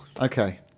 okay